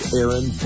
Aaron